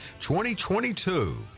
2022